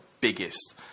biggest